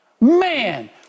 Man